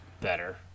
better